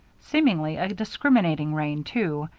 seemingly a discriminating rain, too,